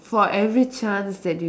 for every chance that you